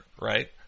right